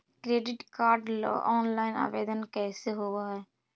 Credit card ल online आवेदन कैसे होब है?